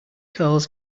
curls